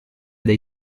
dei